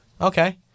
okay